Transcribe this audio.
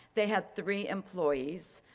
they had three employees,